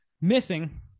missing